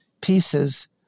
pieces